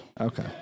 Okay